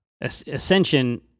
Ascension